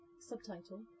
subtitle